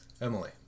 Emily